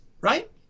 right